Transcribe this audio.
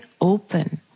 open